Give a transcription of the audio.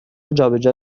جابجا